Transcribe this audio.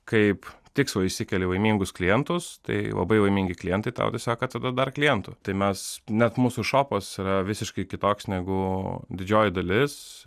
kaip tikslą išsikeli laimingus klientus tai labai laimingi klientai tau atsako tada dar klientų tai mes net mūsų šopas yra visiškai kitoks negu didžioji dalis